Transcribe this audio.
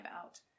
out